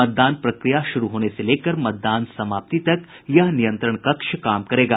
मतदान प्रक्रिया शुरू होने से लेकर मतदान समाप्ति तक यह नियंत्रण कक्ष काम करेगा